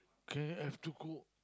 can have to cook